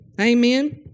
Amen